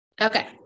Okay